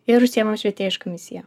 ir užsiėmam švietėjiška misija